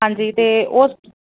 ਹਾਂਜੀ ਅਤੇ ਉਸ